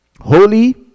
Holy